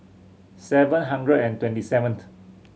seven hundred and twenty seventh